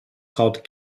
called